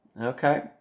Okay